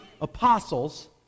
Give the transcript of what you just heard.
apostles